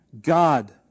God